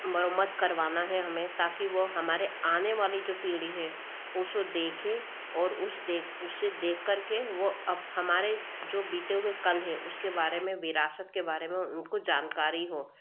मरम्मत करवाना है हमें ताकि वो हमारे आने वाली जो पीढ़ी है उसे देखे और उस देख उसे देख कर के वो अब हमारे जो बीते हुए कल है उसके बारे में विरासत के बारे में उनको जानकारी हो